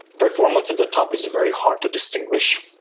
performance at the top is very hard to distinguish,